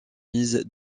mise